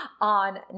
on